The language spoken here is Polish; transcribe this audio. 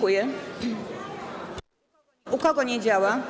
U kogo nie działa?